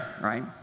right